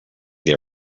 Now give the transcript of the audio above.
they